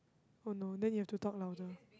oh no then you have to talk louder